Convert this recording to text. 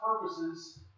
purposes